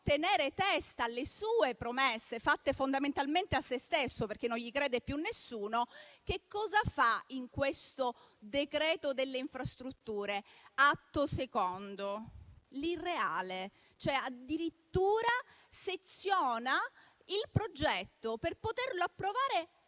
tenere testa alle sue promesse, fatte fondamentalmente a se stesso, perché non gli crede più nessuno, che cosa fa in questo decreto delle infrastrutture, atto secondo? L'irreale: addirittura seziona il progetto per poterlo approvare